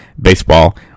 baseball